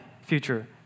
future